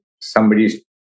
somebody's